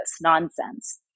nonsense